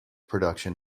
production